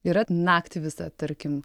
yra naktį visą tarkim